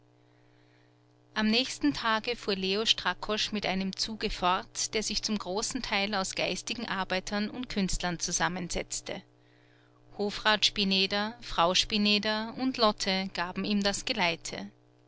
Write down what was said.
am nächsten tage fuhr leo strakosch mit einem zuge fort der sich zum großen teil aus geistigen arbeitern und künstlern zusammensetzte hofrat spineder frau spineder und lotte gaben ihm das geleite